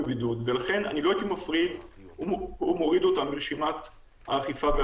אבל הוא כבר לא יהיה ברשימת חייבי הבידוד.